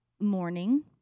morning